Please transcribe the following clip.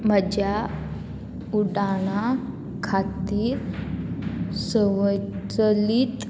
म्हज्या उडाणा खातीर संवय चलीत